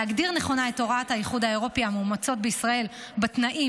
להגדיר נכונה את הוראות האיחוד האירופי המאומצות בישראל בתנאים,